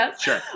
Sure